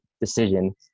decision